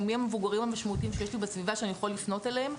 או מי הם המבוגרים המשמעותיים שיש לי בסביבה שאני יכול לפנות אליהם.